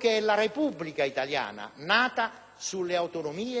è la Repubblica italiana nata sulle autonomie e sui municipi.